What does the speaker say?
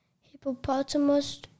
hippopotamus